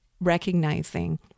recognizing